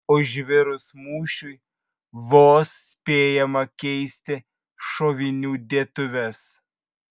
užvirus mūšiui vos spėjama keisti šovinių dėtuves